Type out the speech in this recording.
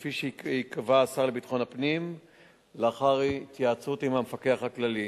כפי שיקבע השר לביטחון הפנים לאחר התייעצות עם המפקח הכללי.